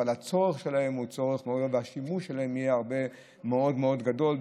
הצורך שלהם הוא צורך והשימוש שלהם יהיה מאוד מאוד גדול,